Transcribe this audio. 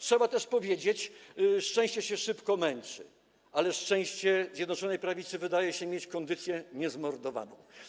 Trzeba też powiedzieć, że szczęście się szybko męczy, ale szczęście Zjednoczonej Prawicy wydaje się mieć kondycję niezmordowaną.